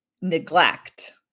neglect